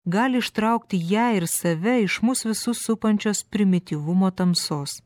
gali ištraukti ją ir save iš mus visus supančios primityvumo tamsos